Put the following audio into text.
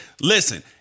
listen